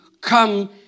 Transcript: come